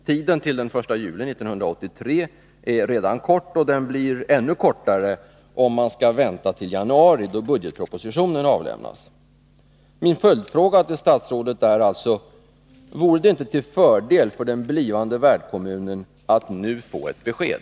Tiden till den 1 juli 1983 är redan kort och blir ännu kortare om man skall vänta till januari då budgetpropositionen avlämnas. Min följdfråga till statsrådet är alltså: Vore det inte till fördel för den blivande värdkommunen att nu få ett besked?